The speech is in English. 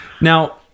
Now